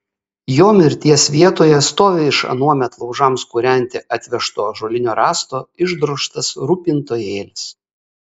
jo mirties vietoje stovi iš anuomet laužams kūrenti atvežto ąžuolinio rąsto išdrožtas rūpintojėlis